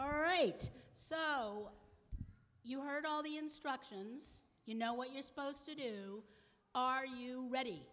all right so you heard all the instructions you know what you're supposed to do are you ready